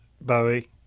Bowie